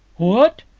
what!